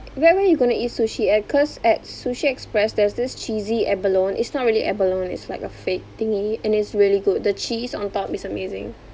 where where you gonna eat sushi at cause at sushi express there's this cheesy abalone it's not really abalone it's like a fake thingy and it's really good the cheese on top is amazing